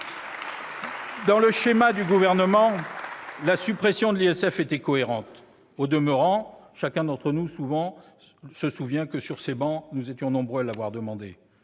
Dans le schéma du Gouvernement, la suppression de l'ISF était cohérente. Au demeurant, chacun d'entre nous se souvient que nous étions nombreux à l'avoir demandée